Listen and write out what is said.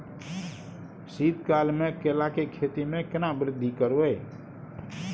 शीत काल मे केला के खेती में केना वृद्धि करबै?